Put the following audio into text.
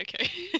okay